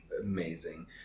Amazing